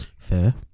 Fair